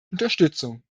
unterstützung